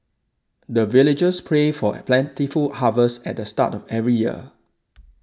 the villagers pray for a plentiful harvest at the start of every year